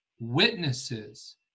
witnesses